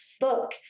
book